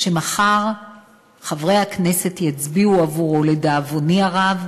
שמחר חברי הכנסת יצביעו עבורו, לדאבוני הרב,